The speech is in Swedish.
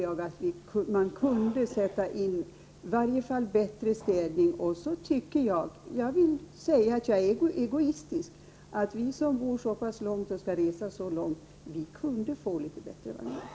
Jag anser därför att städningen skall förbättras. Jag är egoistisk, men jag tycker att vi som bor så pass långt bort och skall resa så långt skulle kunna få litet bättre vagnar.